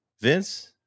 Vince